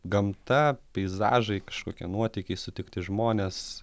gamta peizažai kažkokie nuotykiai sutikti žmonės